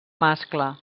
mascle